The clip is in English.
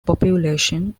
population